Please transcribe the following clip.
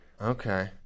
Okay